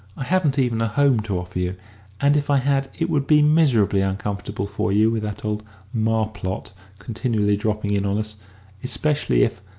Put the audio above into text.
i haven't even a home to offer you and if i had, it would be miserably uncomfortable for you with that old marplot continually dropping in on us especially if,